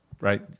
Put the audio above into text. right